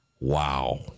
Wow